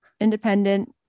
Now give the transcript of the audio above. independent